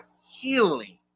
healing